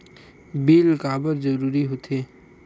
Bill काबर जरूरी होथे?